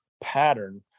pattern